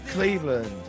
Cleveland